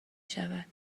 شود